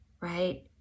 right